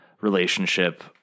relationship